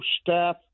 staff